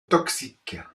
toxique